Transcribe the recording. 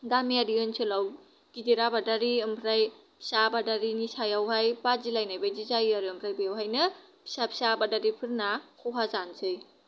गामियारि ओनसोलाव गिदिर आबादारि ओमफ्राय फिसा आबादारिनि सायावहाय बादि लायनाय बादि जायो आरो ओमफ्राय बेवहायनो फिसा फिसा आबादारिफोरना खहा जानोसै